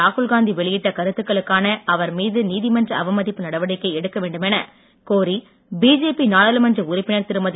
ராகுல்காந்தி வெளியிட்ட கருத்துக்களுக்கான அவர் மீது நீதிமன்ற அவமதிப்பு நடவடிக்கை எடுக்கவேண்டுமெனக் கோரி பிஜேபி நாடாளுமன்ற உறுப்பினர் திருமதி